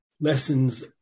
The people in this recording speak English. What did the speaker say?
lessons